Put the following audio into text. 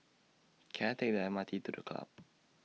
Can I Take The M R T to The Club